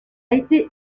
été